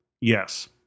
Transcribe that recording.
Yes